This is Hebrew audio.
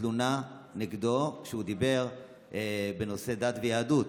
התלונה נגדו כשהוא דיבר בנושא דת ויהדות